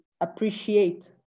appreciate